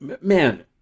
man